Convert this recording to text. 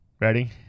Ready